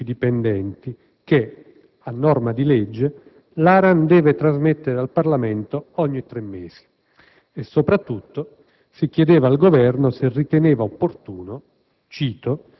dei pubblici dipendenti che, a norma di legge, l'ARAN deve trasmettere al Parlamento ogni tre mesi e, soprattutto, si chiedeva al Governo se riteneva opportuno,